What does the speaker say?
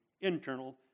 internal